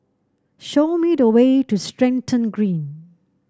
show me the way to Stratton Green